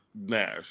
Nash